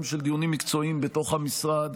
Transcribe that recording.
גם של דיונים מקצועיים בתוך המשרד,